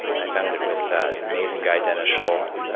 and i founded it with an amazing guy, dennis scholl.